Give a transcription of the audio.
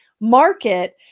market